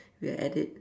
we're at it